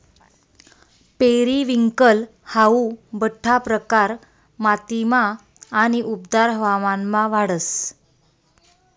periwinkle हाऊ बठ्ठा प्रकार मातीमा आणि उबदार हवामानमा वाढस